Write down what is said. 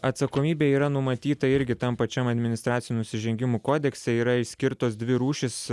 atsakomybė yra numatyta irgi tam pačiam administracinių nusižengimų kodekse yra išskirtos dvi rūšys